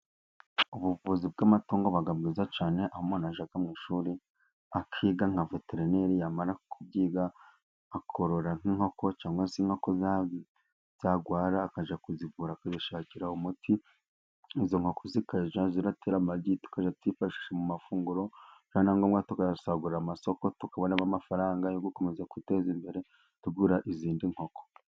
Ubuvuzi bw'amatungo buba bwiza cyane, aho umuntu ajya mu ishuri akiga nka veterineri, yamara kubyiga akorora nk'inkoko, cyangwa se inkoko zarwara akajya kuzivura, akazishakira umuti. Izo nkoko zikajya zitera amagi, tukajya tuyifashisha mu mafunguro, byaba ngombwa tukayasagurira amasoko, tukabonamo amafaranga yo gukomeza kwiteza imbere tugura izindi nkoko.